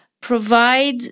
provide